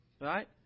Right